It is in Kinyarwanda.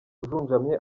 ujunjamye